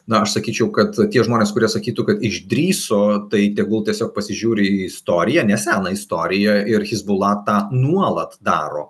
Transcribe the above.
na aš sakyčiau kad tie žmonės kurie sakytų kad išdrįso tai tegul tiesiog pasižiūri į istoriją neseną istoriją ir hezbollah tą nuolat daro